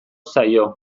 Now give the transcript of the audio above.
zaio